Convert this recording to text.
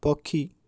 ପକ୍ଷୀ